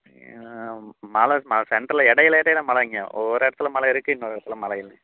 மழை ஆமாம் சென்டரில் இடையில இடையில மழைங்க ஓர் இடத்துல மழை இருக்கு இன்னொரு இடத்துல மழை இல்லை